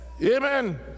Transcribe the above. Amen